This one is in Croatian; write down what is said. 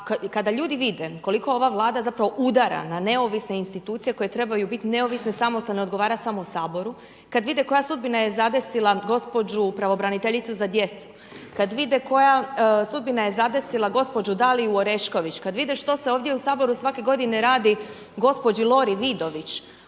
kada ljudi vide, koliko ova vlada, zapravo udara na neovisne institucije, koji trebaju biti neovisne, samostalno odgovarati samo u saboru, kada vide koja sudbina je zadesila gđu. pravobraniteljicu za djecu, kada vide koja sudbina je zadesila gđu. Daliju Orešković, kada vide što se ovdje u Saboru svake godine radi gđi Lori Vidović,